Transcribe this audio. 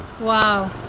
wow